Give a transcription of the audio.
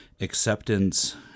acceptance